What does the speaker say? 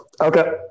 Okay